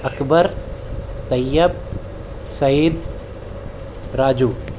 Akbar Tayyab Saeed Raju